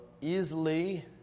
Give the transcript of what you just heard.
easily